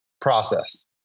process